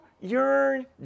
yearn